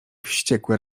wściekłe